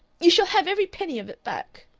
you shall have every penny of it back.